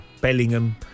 Bellingham